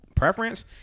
Preference